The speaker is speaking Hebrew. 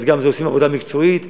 אז עושים עבודה מקצועית ומחלקים,